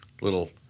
little